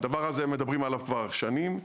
על הדבר הזה מדברים כבר שנים.